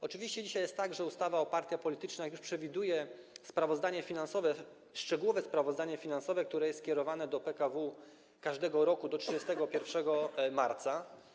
Oczywiście dzisiaj jest tak, że ustawa o partiach politycznych już przewiduje sprawozdanie finansowe, szczegółowe sprawozdanie finansowe, które jest kierowane do PKW każdego roku do 31 marca.